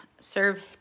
Serve